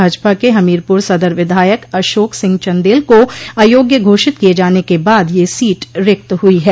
भाजपा के हमीरपुर सदर विधायक अशोक सिंह चन्देल को अयोग्य घोषित किये जाने के बाद यह सीट रिक्त हुई है